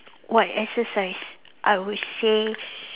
what exercise I would say